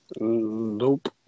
Nope